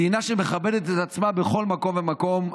מדינה שמכבדת את עצמה בכל מקום ומקום,